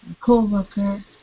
co-worker